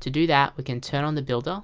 to do taht, we can turn on the builder